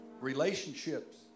Relationships